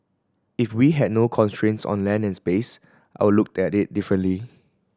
if we had no constraints on land and space I would look at it differently